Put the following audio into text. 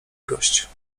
gość